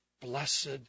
blessed